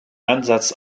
ansatz